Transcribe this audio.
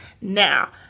now